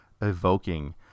evoking